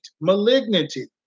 malignity